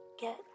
Get